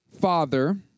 father